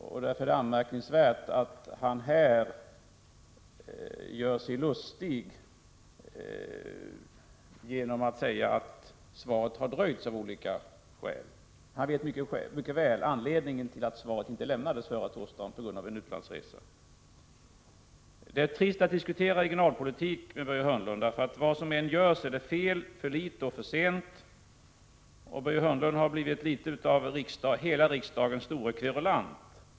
Det är därför anmärkningsvärt att han här gör sig lustig genom att säga att svaret har fördröjts av olika skäl. Han vet alltså mycket väl anledningen till att svaret inte lämnades förra torsdagen, nämligen en utlandsresa. Det är trist att diskutera regionalpolitik med Börje Hörnlund, därför att vad som än görs av regeringen så är det fel, för litet och för sent. Börje Hörnlund har nästan blivit hela riksdagens store kverulant.